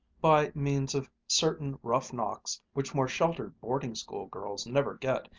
by means of certain rough knocks which more sheltered boarding-school girls never get,